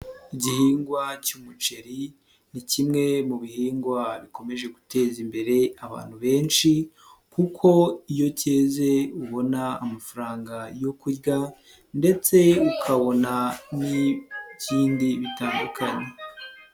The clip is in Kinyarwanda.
Igihingwa cy'umuceri ni kimwe mu bihingwa bikomeje guteza imbere abantu benshi kuko iyo keze ubona amafaranga yo kurya ndetse ukabona n'ikindi bitandukanye.